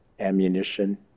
ammunition